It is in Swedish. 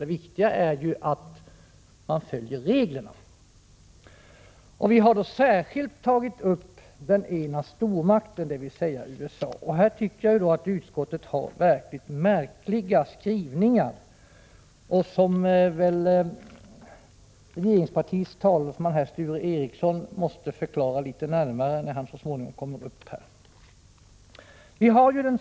Det viktiga är att reglerna följs. Vi har särskilt tagit upp den ena stormakten, dvs. USA. På den punkten tycker jag att utskottet har en mycket märklig skrivning, som regeringspartiets talesman måste förklara litet närmare när han så småningom kommer upp här.